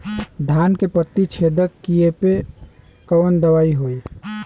धान के पत्ती छेदक कियेपे कवन दवाई होई?